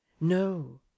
No